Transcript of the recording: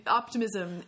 optimism